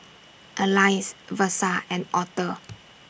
Alize Versa and Aurthur